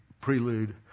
prelude